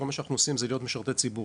כשכל מה שאנחנו עושים זה להיות משרתי ציבור.